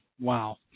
wow